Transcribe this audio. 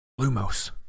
Lumos